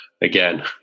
again